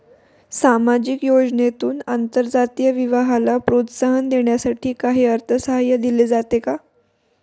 सामाजिक योजनेतून आंतरजातीय विवाहाला प्रोत्साहन देण्यासाठी काही अर्थसहाय्य दिले जाते का?